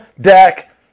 Dak